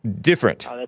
Different